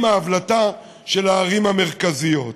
עם ההבלטה של הערים המרכזיות.